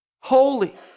holy